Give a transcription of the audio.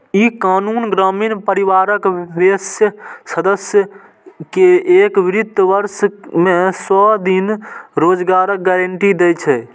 ई कानून ग्रामीण परिवारक वयस्क सदस्य कें एक वित्त वर्ष मे सय दिन रोजगारक गारंटी दै छै